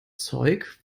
zeug